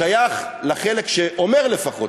שייך לחלק שאומר לפחות,